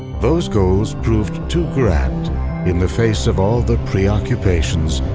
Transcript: those goals proved too grand in the face of all the preoccupations,